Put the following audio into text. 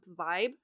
vibe